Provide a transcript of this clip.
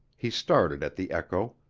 he started at the echo